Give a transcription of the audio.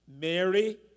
Mary